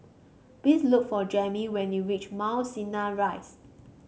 please look for Jami when you reach Mount Sinai Rise